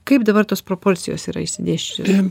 kaip dabar tos proporcijos yra išsidėsčiusios